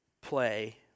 play